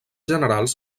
generals